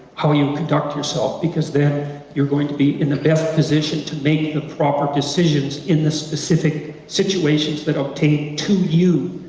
how you conduct yourself, because then you're going to be the best position to make the proper decisions in the specific situations that obtain to you,